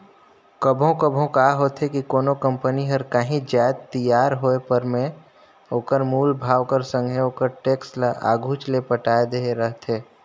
कभों कभों का होथे कि कोनो कंपनी हर कांही जाएत तियार होय पर में ओकर मूल भाव कर संघे ओकर टेक्स ल आघुच ले पटाए देहे रहथे